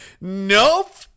Nope